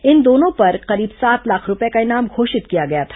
इन दोनों पर करीब सात लाख रूपए का इनाम घोषित किया गया था